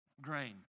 grain